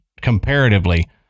comparatively